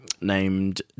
named